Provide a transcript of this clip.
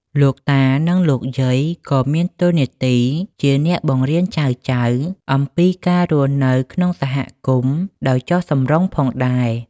លោកតា និងលោកយាយក៏មានតួនាទីជាអ្នកបង្រៀនចៅៗអំពីការរស់នៅក្នុងសហគមន៍ដោយចុះសម្រុងផងដែរ។